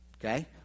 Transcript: Okay